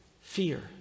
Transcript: fear